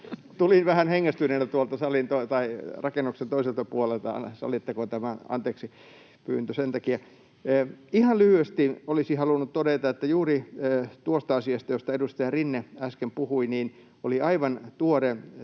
Tulin vähän hengästyneenä tuolta rakennuksen toiselta puolelta, anteeksipyyntö sen takia. Ihan lyhyesti olisin halunnut todeta, että juuri tuosta asiasta, josta edustaja Rinne äsken puhui, oli aivan tuore